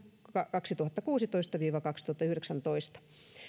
kaksituhattakuusitoista viiva kaksituhattayhdeksäntoista